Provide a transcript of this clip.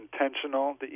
intentional